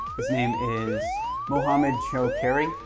his name is mohamed choukairi.